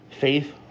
Faith